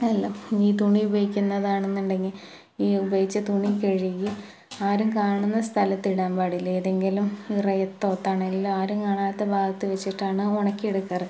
അതല്ല ഇനിയീ തുണി ഉപയോഗിക്കുന്നതാണെന്നുണ്ടെങ്കിൽ ഈ ഉപയോഗിച്ച തുണി കഴുകി ആരും കാണുന്ന സ്ഥലത്തിടാന് പാടില്ല ഏതെങ്കിലും ഇറയത്തോ തണലിലോ ആരും കാണാത്ത ഭാഗത്തു വെച്ചിട്ടാണ് ഉണക്കിയെടുക്കാറ്